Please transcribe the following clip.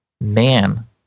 Man